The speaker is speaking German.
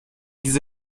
diese